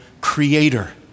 creator